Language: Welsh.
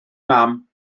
mam